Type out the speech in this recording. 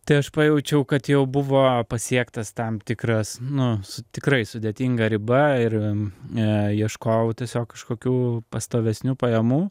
tai aš pajaučiau kad jau buvo pasiektas tam tikras nu tikrai sudėtinga riba ir neieškau tiesiog kažkokių pastovesnių pajamų